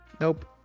nope